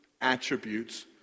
attributes